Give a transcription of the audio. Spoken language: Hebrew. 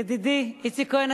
ידידי איציק כהן,